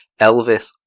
Elvis